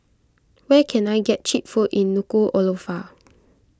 where can I get Cheap Food in Nuku'alofa